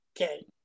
okay